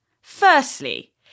Firstly